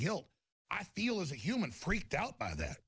guilt i feel as a human freaked out by that